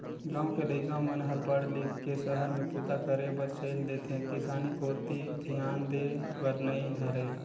गाँव के लइका मन हर पढ़ लिख के सहर में बूता करे बर चइल देथे किसानी कोती धियान देय बर नइ धरय